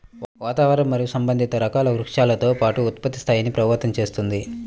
వాతావరణం మరియు సంబంధిత రకాల వృక్షాలతో పాటు ఉత్పత్తి స్థాయిని ప్రభావితం చేస్తుంది